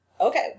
Okay